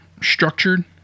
structured